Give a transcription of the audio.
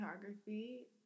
photography